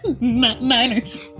Niners